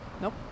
Nope